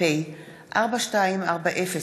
איימן עודה,